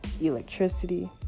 electricity